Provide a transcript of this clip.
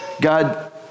God